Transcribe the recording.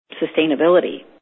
sustainability